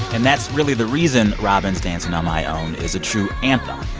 and that's really the reason robyn's dancing on my own is a true anthem.